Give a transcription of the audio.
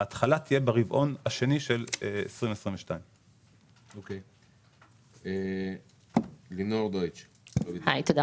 ההתחלה תהיה ברבעון השני של שנת 2022. כלומר,